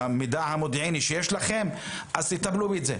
במידע המודיעיני שיש לכם, אז תטפלו בזה.